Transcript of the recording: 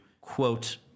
quote